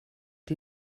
die